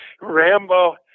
Rambo